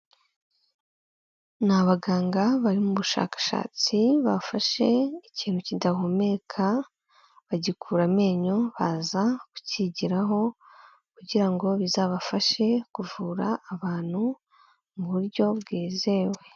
Ni abaganga bari mu bushakashatsi bafashe ikintu kidahumeka bagikura amenyo baza kukigiraho kugira ngo bizabafashe kuvura abantu mu buryo bwizewe.